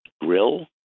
Grill